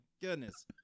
goodness